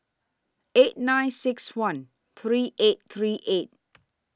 eight nine six one three eight three eight